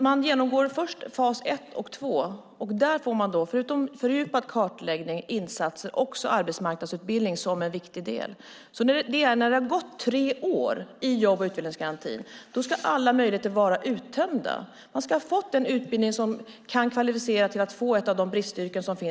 man först genomgår fas 1 och 2. Där får man förutom fördjupad kartläggning och insatser också arbetsmarknadsutbildning som en viktig del. När man har gått tre år i jobb och utvecklingsgarantin ska alla möjligheter vara uttömda. Man ska ha fått den utbildning som kan kvalificera till att få ett jobb inom ett av de bristyrken som finns.